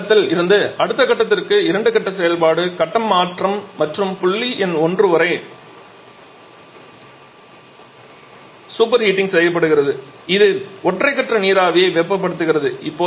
இந்த கட்டத்தில் இருந்து அடுத்த கட்டத்திற்கு இரண்டு கட்ட செயல்பாடு கட்ட மாற்றம் மற்றும் புள்ளி எண் 1 வரை நாம் சூப்பர் வெப்பமாக்குகிறோம் இது ஒற்றை கட்ட நீராவியை வெப்பப்படுத்துகிறது